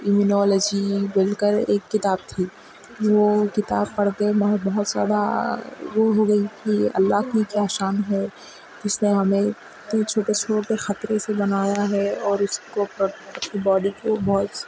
analogy بول کر ایک کتاب تھی وہ کتاب پڑھ کے میں بہت زیادہ وہ ہو گئی کہ اللہ کی کیا شان ہے اس نے ہمیں اتنے چھوٹے چھوٹے قطرے سے بنایا ہے اور اس کو باڈی کو بہت